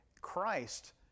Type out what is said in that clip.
Christ